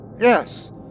Yes